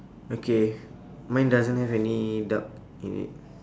okay mine doesn't have any duck in it